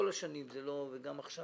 כל השנים וגם עכשיו,